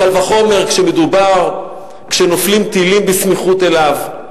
קל וחומר כשנופלים טילים בסמיכות אליו,